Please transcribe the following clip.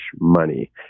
money